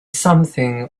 something